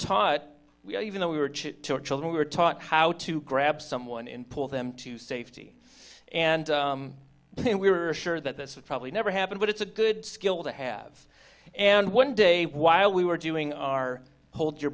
taught even though we were children we were taught how to grab someone in pull them to safety and then we were sure that this would probably never happen but it's a good skill to have and one day while we were doing our hold your